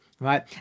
right